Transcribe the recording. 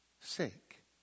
sake